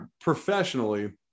professionally